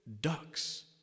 ducks